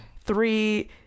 three